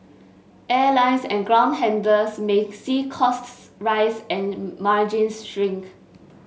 airlines and ground handlers may see costs rise and margins shrink